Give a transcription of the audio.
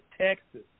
Texas